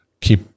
keep